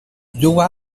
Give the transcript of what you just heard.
juga